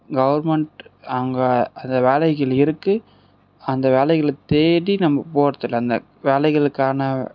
government அவங்க அந்த வேலைகள் இருக்கு அந்த வேலைகளை தேடி நம்ப போறதில்லை அந்த வேலைகளுக்கான